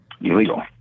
illegal